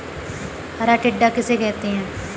हरा टिड्डा किसे कहते हैं?